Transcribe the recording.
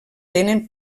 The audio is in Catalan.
tenen